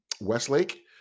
Westlake